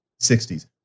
60s